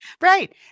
Right